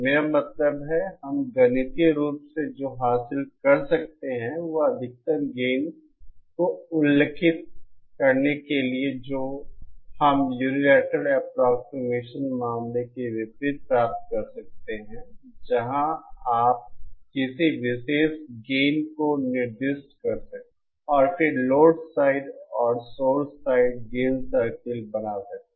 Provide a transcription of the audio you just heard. मेरा मतलब है कि हम गणितीय रूप से जो हासिल कर सकते हैं वह अधिकतम गेन को उल्लिखित करने के लिए है जो हम यूनिलैटरल एप्रोक्सीमेशन मामले के विपरीत प्राप्त कर सकते हैं जहां आप किसी विशेष गेन को निर्दिष्ट कर सकते हैं और फिर लोड साइड और सोर्स साइड गेन सर्किल बना सकते हैं